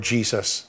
Jesus